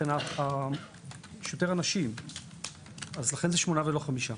לכן יש יותר אנשים ולכן זה שמונה ולא חמישה.